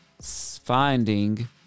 finding